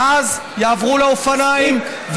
ואז יעברו לאופניים,